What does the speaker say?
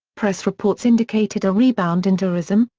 press reports indicated a rebound in tourism,